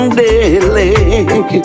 daily